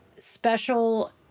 special